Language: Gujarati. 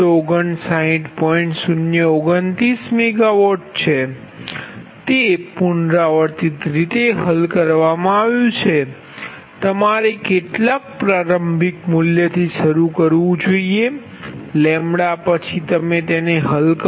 029MW તે પુનરાવર્તિત રીતે હલ કરવામાં આવ્યું છે તમારે કેટલાક પ્રારંભિક મૂલ્યથી શરૂ કરવું જોઈએ પછી તમે તેને હલ કરો